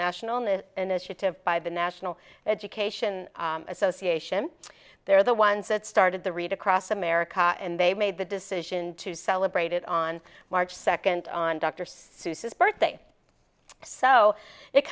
the initiative by the national education association they're the ones that started the read across america and they made the decision to celebrate it on march second on dr seuss's birthday so it